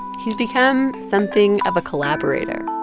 he's become something of a collaborator